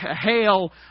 hail